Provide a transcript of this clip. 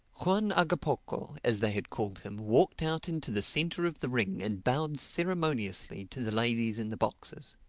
juan hagapoco, as they had called him, walked out into the centre of the ring and bowed ceremoniously to the ladies in the boxes.